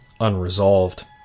unresolved